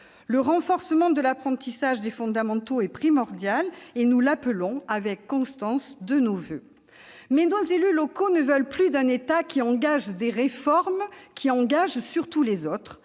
Le renforcement de l'apprentissage des fondamentaux est primordial, et nous l'appelons, avec constance, de nos voeux. Mais nos élus locaux ne veulent plus d'un État dont les réformes qu'il lance engagent surtout les autres,